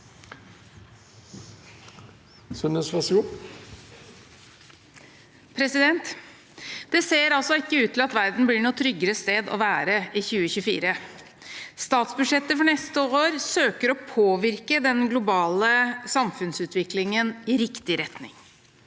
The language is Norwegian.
Det ser ikke ut til at verden blir noe tryggere sted å være i 2024. Statsbudsjettet for neste år søker å påvirke den globale samfunnsutviklingen i riktig retning.